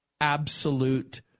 absolute